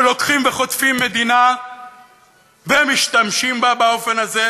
שלוקחים וחוטפים מדינה ומשתמשים בה באופן הזה,